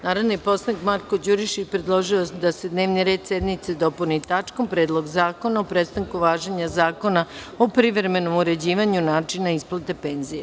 Narodni poslanik Marko Đurišić, predložio je da se dnevni red sednice dopuni tačkom Predlog zakona o prestanku važenja Zakona o privremenom uređivanju načina isplate penzija.